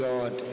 God